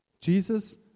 Jesus